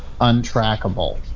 untrackable